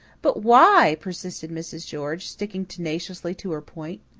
but why? persisted mrs. george, sticking tenaciously to her point.